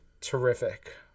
terrific